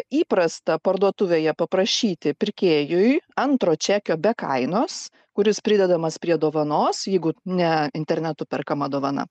įprasta parduotuvėje paprašyti pirkėjui antro čekio be kainos kuris pridedamas prie dovanos jeigu ne internetu perkama dovana